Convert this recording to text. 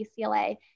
UCLA